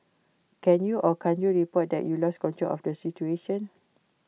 can you or can't you report that you lost control of the situation